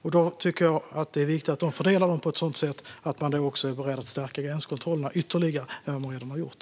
Jag tycker att det är viktigt att resurserna fördelas på ett sådant sätt att man är beredd att stärka gränskontrollerna mer än vad man redan har gjort.